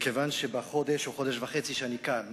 מכיוון שבחודש או בחודש וחצי שאני כאן